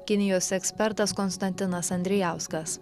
kinijos ekspertas konstantinas andrijauskas